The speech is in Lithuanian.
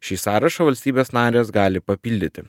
šį sąrašą valstybės narės gali papildyti